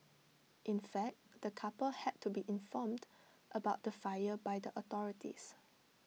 in fact the couple had to be informed about the fire by the authorities